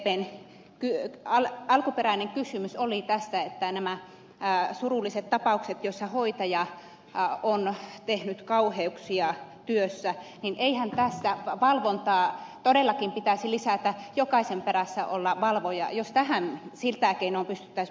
en tee alle sdpn alkuperäinen kysymys oli näistä surullisista tapauksista joissa hoitaja on tehnyt kauheuksia työssä niin valvontaa todellakin pitäisi paljon lisätä jokaisen perässä pitäisi olla valvoja jos sillä keinolla pystyttäisiin tällaiseen puuttumaan